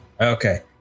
Okay